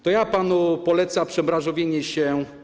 To ja panu polecam przebranżowienie się.